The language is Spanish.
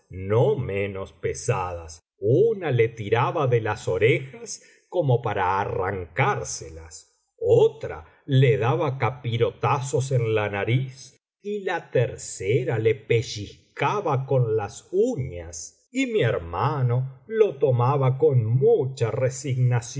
no menos pesadas una le tiraba de las orejas como para arrancárselas otra le daba capirotazos en la nariz y la tercera le pellizcaba con las uñas y mi hermano lo tomaba con mucha resignación